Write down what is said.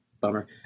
Bummer